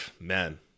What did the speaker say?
man